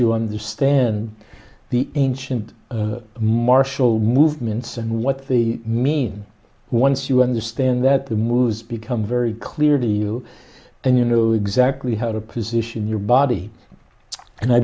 you understand the ancient martial movements and what the mean once you understand that the moos become very clear to you and you know exactly how to position your body and i